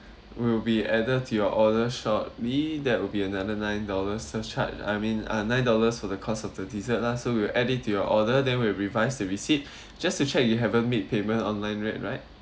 will be added to your order shortly that would be another nine dollars surcharge I mean uh nine dollars for the cost of the dessert lah so we'll add it to your order then we'll revise the receipt just to check you haven't made payment online yet right